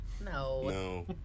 No